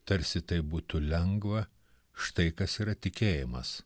tarsi tai būtų lengva štai kas yra tikėjimas